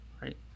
right